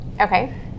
okay